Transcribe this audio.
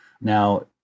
Now